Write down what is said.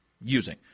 using